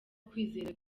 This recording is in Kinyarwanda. kwizera